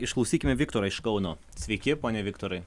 išklausykime viktorą iš kauno sveiki pone viktorai